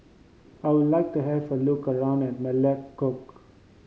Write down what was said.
I would like to have a look around at Melekeok